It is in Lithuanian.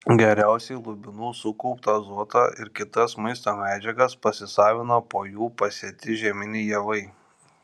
geriausiai lubinų sukauptą azotą ir kitas maisto medžiagas pasisavina po jų pasėti žieminiai javai